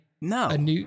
No